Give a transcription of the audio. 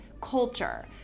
culture